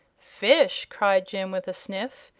fish! cried jim, with a sniff.